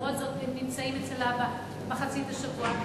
ולמרות זאת הם נמצאים אצל האבא מחצית השבוע.